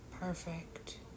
Perfect